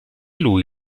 lui